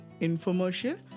infomercial